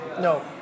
No